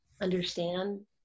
understand